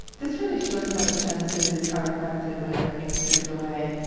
this really shows how the senses are affected when everything's stripped away.